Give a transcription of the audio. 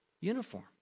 uniform